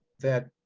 that